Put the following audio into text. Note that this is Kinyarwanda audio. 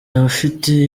abafite